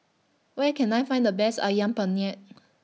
Where Can I Find The Best Ayam Penyet